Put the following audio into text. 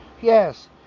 Yes